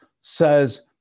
says